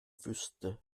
wüsste